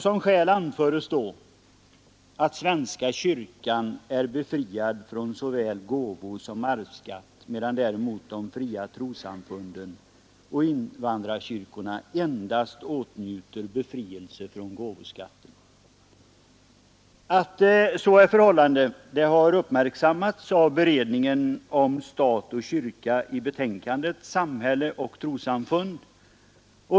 Som skäl anföres då att svenska kyrkan är befriad från att, medan däremot de fria trossamfunden och såväl gåvosom arvs invandrarkyrkorna endast åtnjuter befrielse från gåvoskatten. Att så är förhållandet har uppmärksammats av beredningen om stat och kyrka i betänkandet ”Samhälle och trossamfund”.